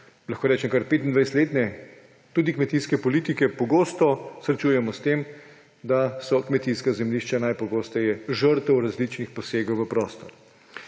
na podlagi kar 25-letne kmetijske politike pogosto srečujemo s tem, da so kmetijska zemljišča najpogosteje žrtev različnih posegov v prostor.